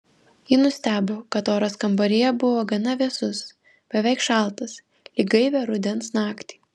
ji nustebo kad oras kambaryje buvo gana vėsus beveik šaltas lyg gaivią rudens naktį